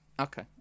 Okay